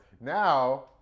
now